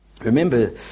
Remember